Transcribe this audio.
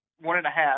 one-and-a-half